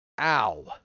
Ow